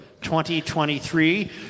2023